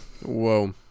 Whoa